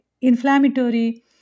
inflammatory